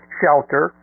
shelter